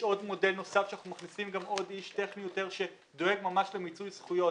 יש מודל נוסף שאנחנו מכניסים איש טכני יותר שדואג ממש למיצוי זכויות,